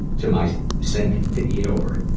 to my sink to eat over.